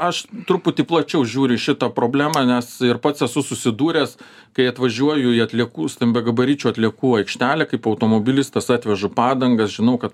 aš truputį plačiau žiūri į šitą problemą nes ir pats esu susidūręs kai atvažiuoju į atliekų stambiagabaričių atliekų aikštelę kaip automobilistas atvežu padangas žinau kad